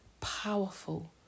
powerful